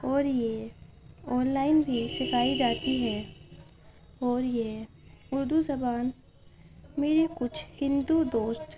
اور یہ online بھی سکھائی جاتی ہے اور یہ اردو زبان میری کچھ ہندو دوست